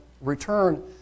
return